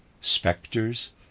specters